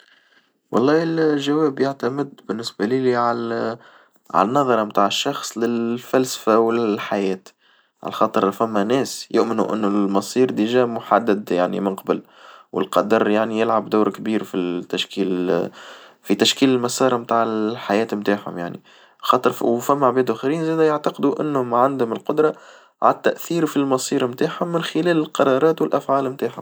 والله الجواب يعتمد بالنسبة لي ع عالنظرة متاع الشخص للفلسفة وللحياة، على خاطر فما ناس يؤمنوا إن المصير دجا محدد يعني من قبل، والقدر يعني يلعب دور كبير في التشكيل في تشكيل المسار متاع الحياة متاعهم يعني خاطر فما عباد آخرين زادا يعتقدو إنهم عندهم القدرة على التأثير في المصير نتاعهم من خلال القرارات والأفعال نتاعهم.